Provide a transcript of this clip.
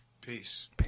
Peace